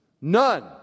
None